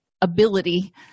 ability